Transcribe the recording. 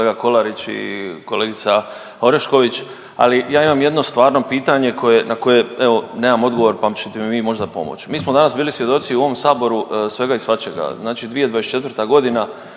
kolega Kolarić i kolegica Orešković, ali ja imam jedno stvarno pitanje koje, na koje, evo, nemam odgovor pa ćete mi vi možda pomoći. Mi smo danas bili svjedoci u ovom Saboru svega i svačega. Znači 2024. g.